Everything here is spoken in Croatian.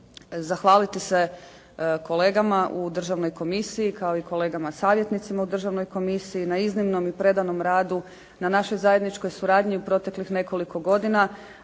zahvaliti se kolegama u Državnoj komisiji kao i kolegama savjetnicima u Državnoj komisiji na iznimnom i predanom radu na našoj zajedničkoj suradnji u proteklih nekoliko godina.